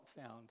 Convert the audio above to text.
found